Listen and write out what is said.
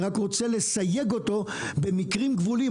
אני רק רוצה לסייג אותו במקרים גבוליים.